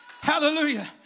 Hallelujah